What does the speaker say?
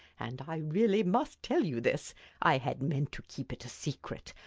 and i really must tell you this i had meant to keep it a secret,